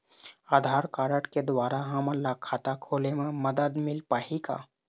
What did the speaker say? आधार card के द्वारा हमन ला खाता खोले म मदद मिल पाही का?